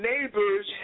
neighbors